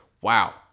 wow